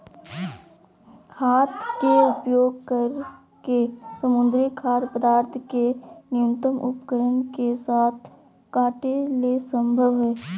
हाथ के उपयोग करके समुद्री खाद्य पदार्थ के न्यूनतम उपकरण के साथ काटे ले संभव हइ